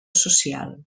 social